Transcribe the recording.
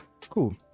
cool